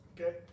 Okay